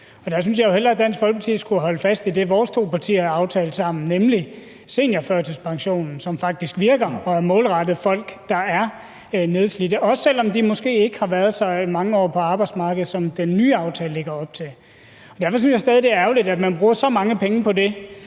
Der synes jeg jo hellere, Dansk Folkeparti skulle have holdt fast i det, vores to partier havde aftalt sammen, nemlig seniorførtidspensionen, som faktisk virker og er målrettet folk, der er nedslidte, også selv om de måske ikke har været så mange år på arbejdsmarkedet, som den nye aftale lægger op til. Derfor synes jeg stadig, det er ærgerligt, at man bruger så mange penge på det